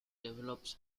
develops